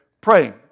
praying